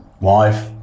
Wife